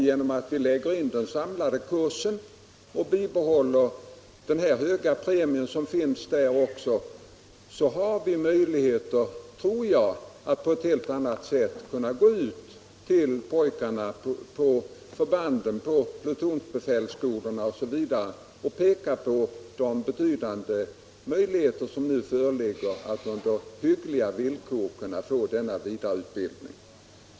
Genom att vi lägger in en samlad reservofficerskurs och bibehåller den höga premie, som finns också där, tror jag vi skall ha lättare att göra klart för pojkarna ute på förbanden, på plutonbefälsskolorna osv. att de på hyggliga villkor kan skaffa sig denna vidareutbildning.